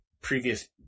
previous